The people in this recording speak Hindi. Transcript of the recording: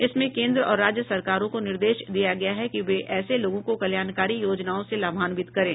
इसमें केन्द्र और राज्य सरकारों को निर्देश दिया गया हे कि वे ऐसे लोगों को कल्याणकारी योजनाओं से लाभांवित करें